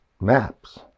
maps